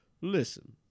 Listen